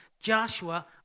Joshua